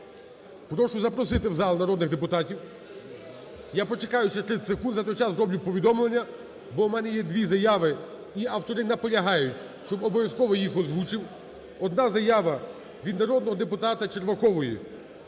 Прошу запросити в зал народних депутатів. Я почекаю ще 30 секунд, за той час зроблю повідомлення, бо в мене є дві заяви, і автори наполягають, щоб обов'язково їх озвучив. Одна заява від народного депутата Червакової.